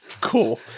cool